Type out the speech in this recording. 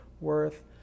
worth